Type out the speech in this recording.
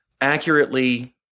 accurately